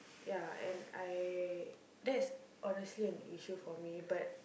ya and I that's honestly an issue for me but